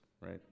right